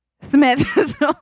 smith